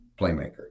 playmaker